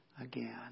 again